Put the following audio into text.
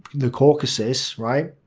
the caucasus, right,